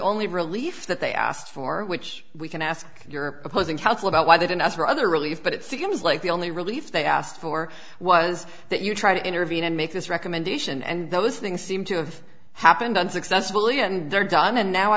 only relief that they asked for which we can ask your opposing counsel about why they didn't ask for other relief but it seems like the only relief they asked for was that you try to intervene and make this recommendation and those things seem to have happened unsuccessfully and they're gone and now i